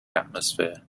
atmosphere